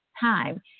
time